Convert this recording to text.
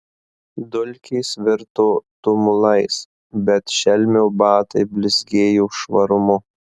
dulkės virto tumulais bet šelmio batai blizgėjo švarumu